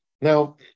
Now